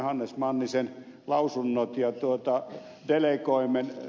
hannes mannisen lausunnot ja delegoimme ed